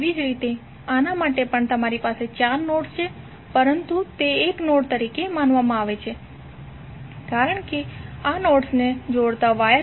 તેવી જ રીતે આના માટે પણ તમારી પાસે ચાર નોડ્સ છે પરંતુ તે એક નોડ તરીકે માનવામાં આવે છે કારણ કે આ નોડ્સને જોડતા વાયરમાં કોઈ એલિમેન્ટ્સ નથી અને તે શોર્ટ સર્કિટ નોડ તરીકે ગણી શકાય